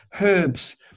herbs